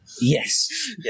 Yes